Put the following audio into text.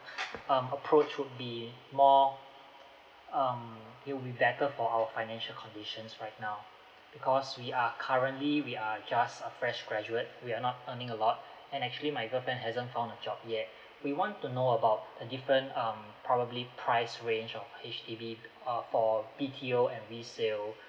um approach would be more um it would be better for our financial conditions right now because we are currently we are just a fresh graduate we are not earning a lot and actually my girlfriend hasn't found a job yet we want to know about the different um probably price range of H_D_B uh or B_T_O and resale